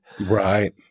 Right